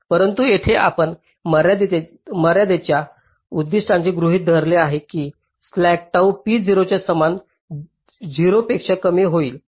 परंतु येथे आपण मर्यादेच्या दृष्टीने गृहित धरले आहे की स्लॅक टाउ p 0 च्या समान 0 पेक्षा कमी होईल